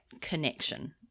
connection